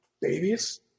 babies